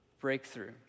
breakthrough